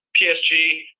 PSG